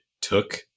took